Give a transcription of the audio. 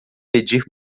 pedir